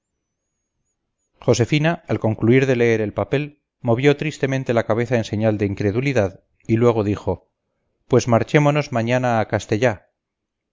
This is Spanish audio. josefina al concluir de leer el papel movió tristemente la cabeza en señal de incredulidad y luego dijo pues marchémonos mañana a castell